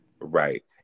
right